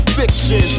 fiction